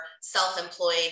self-employed